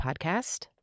podcast